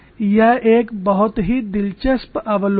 यह एक बहुत ही दिलचस्प अवलोकन है